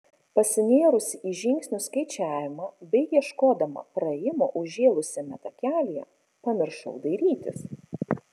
pasinėrusi į žingsnių skaičiavimą bei ieškodama praėjimo užžėlusiame takelyje pamiršau dairytis